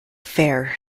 fair